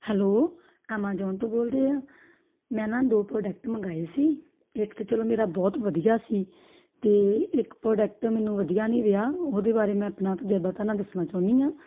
hello Amazon ਤੋਂ ਬੋਲਦੇ ਆ ਮੈਂ ਨਾ ਦੋ ਪ੍ਰੋਡਕਟ ਮੰਗਵਾਏ ਸੀ ਇੱਕ ਤਾਂ ਚਲੋ ਮੇਰਾ ਬਹੁਤ ਵਧੀਆ ਸੀ ਅਤੇ ਇੱਕ ਪ੍ਰੋਡਕਟ ਮੈਨੂੰ ਵਧੀਆ ਨਹੀਂ ਰਿਹਾ ਉਹਦੇ ਬਾਰੇ ਮੈਂ ਆਪਣਾ ਤਜਰਬਾ ਤੁਹਾਡੇ ਨਾਲ ਦੱਸਣਾ ਚਾਹੁੰਦੀ ਹਾਂ